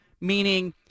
meaning